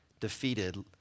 defeated